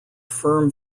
firm